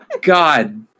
God